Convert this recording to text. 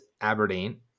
Aberdeen